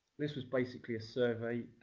this was basically a survey